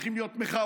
הולכות להיות מחאות,